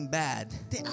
bad